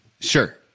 Sure